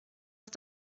ist